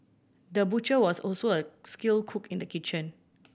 the butcher was also a skilled cook in the kitchen